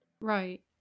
Right